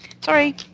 Sorry